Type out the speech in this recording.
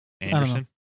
Anderson